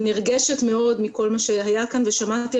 נרגשת מאוד מכל מה שהיה כאן ושמעתי,